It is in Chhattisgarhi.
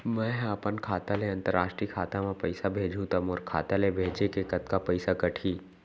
मै ह अपन खाता ले, अंतरराष्ट्रीय खाता मा पइसा भेजहु त मोर खाता ले, भेजे के कतका पइसा कटही?